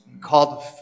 Called